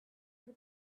what